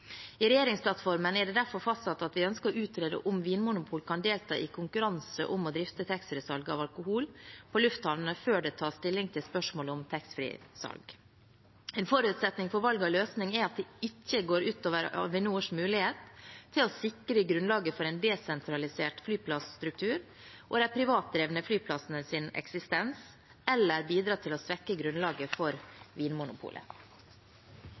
I regjeringsplattformen er det derfor fastsatt at vi ønsker å utrede om Vinmonopolet kan delta i konkurranse om å drifte taxfree-salget av alkohol på lufthavnene før det tas stilling til spørsmålet om taxfree-salg. En forutsetning for valg av løsning er at det ikke går ut over Avinors mulighet til å sikre grunnlaget for en desentralisert flyplasstruktur og de privatdrevne flyplassenes eksistens eller bidrar til å svekke grunnlaget for Vinmonopolet.